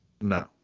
No